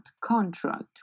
contract